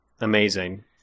amazing